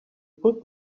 put